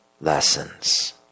lessons